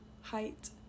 height